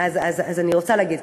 אז אני רוצה להגיד,